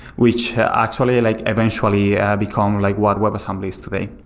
which actually like eventually yeah become like what webassembly is today,